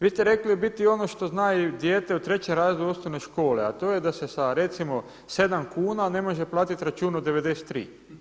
Vi ste rekli u biti i ono što zna i dijete u trećem razredu osnovne škole, a to je da se sa recimo 7 kuna ne može platiti račun od 93.